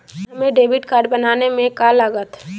हमें debit card बनाने में का लागत?